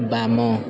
ବାମ